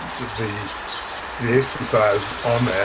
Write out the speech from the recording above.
the the exercise on that,